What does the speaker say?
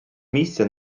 місця